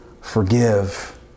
forgive